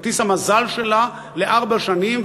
כרטיס המזל שלה לארבע שנים,